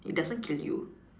it doesn't kill you